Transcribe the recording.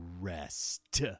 rest